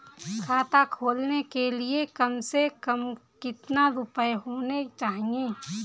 खाता खोलने के लिए कम से कम कितना रूपए होने चाहिए?